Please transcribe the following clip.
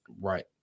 Right